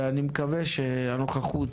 אני מקווה שהנוכחות,